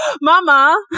Mama